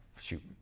shoot